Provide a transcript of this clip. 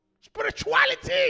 spirituality